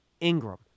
Ingram